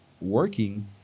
working